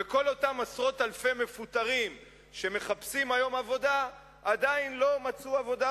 וכל אותם עשרות אלפי מפוטרים שמחפשים היום עבודה עדיין לא מצאו עבודה,